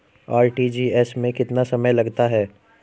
RTGS में कितना समय लगता है?